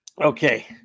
Okay